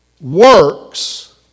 works